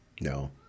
No